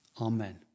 Amen